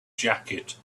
jacket